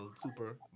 Super